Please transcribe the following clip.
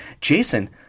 Jason